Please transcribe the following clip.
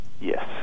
Yes